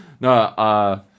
No